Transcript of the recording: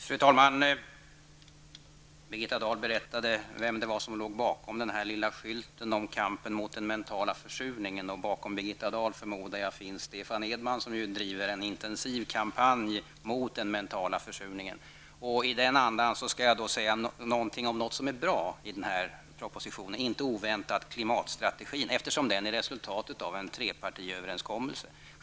Fru talman! Birgitta Dahl berättade vem det var som låg bakom den lilla skylten om kampen mot den mentala försurningen. Bakom Birgitta Dahl finns, förmodar jag, Stefan Edman, som driver en intensiv kampanj mot den mentala försurningen. I den andan skall jag säga någonting om något som är bra i propositionen -- inte oväntat klimatstrategin, eftersom den är resultatet av en trepartiöverenskommelse.